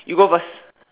you go first